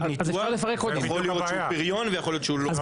ניתוח ויכול להיות שהוא פריון ויכול להיות שהוא לא.